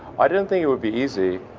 i didn't think it would be easy.